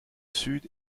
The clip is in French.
sud